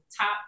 top